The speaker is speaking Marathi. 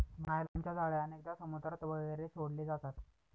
नायलॉनच्या जाळ्या अनेकदा समुद्रात वगैरे सोडले जातात